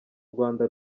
rwanda